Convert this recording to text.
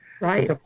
Right